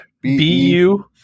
B-U